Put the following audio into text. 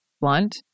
blunt